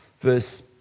verse